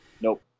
Nope